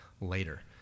later